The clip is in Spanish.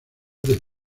del